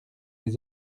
les